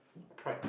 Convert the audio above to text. pride